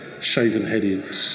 shaven-headed